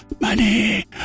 Money